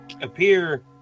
appear